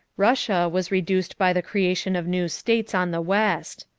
russia was reduced by the creation of new states on the west.